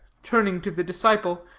turning to the disciple,